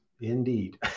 Indeed